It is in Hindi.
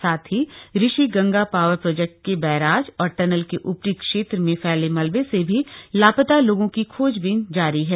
साथ ही ऋषि गंगा पावर प्रोजेक्ट के बैराज और टनल के ऊपरी क्षेत्र में फैले मलबे से भी लापता लोगों की खोजबीन जारी है